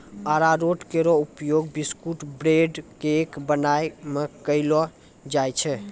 अरारोट केरो उपयोग biscuit, bread, cake बनाय म कयलो जाय छै